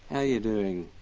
are you doing